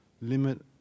limit